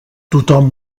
tothom